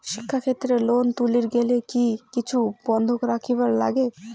শিক্ষাক্ষেত্রে লোন তুলির গেলে কি কিছু বন্ধক রাখিবার লাগে?